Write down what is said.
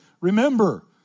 Remember